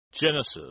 Genesis